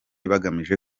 bagamije